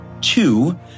two